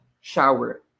shower